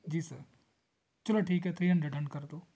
ਜੀ ਸਰ ਚਲੋ ਠੀਕ ਹੈ ਥ੍ਰੀ ਹੰਡਰਡ ਡਨ ਕਰਦੋ